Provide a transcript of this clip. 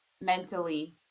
mentally